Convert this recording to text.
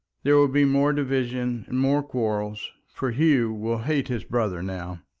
there will be more division and more quarrels, for hugh will hate his brother now.